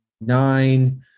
nine